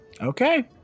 Okay